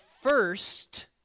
first